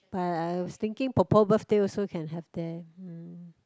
but I was thinking 婆婆 birthday also can have there mm